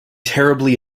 terribly